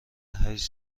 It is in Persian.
هشت